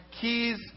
keys